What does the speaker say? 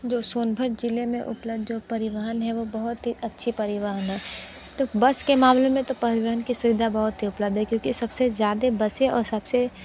जो सोनभद्र जिले में उपलब्ध जो परिवहन हैं वो बहुत ही अच्छे परिवहन बहुत तो बस के मामले में तो परिवहन की सुविधा बहुत ही उपलब्ध हैं क्योंकि सबसे ज़्यादा बसें और सबसे